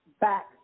back